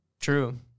True